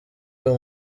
uyu